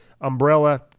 umbrella